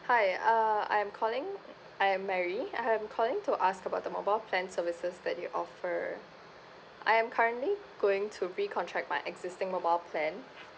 hi uh I'm calling I'm mary I'm calling to ask about the mobile plan services that you offer I'm currently going to recontract my existing mobile plan